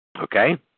Okay